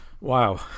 wow